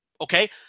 Okay